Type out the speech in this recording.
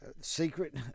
secret